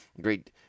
Great